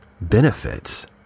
benefits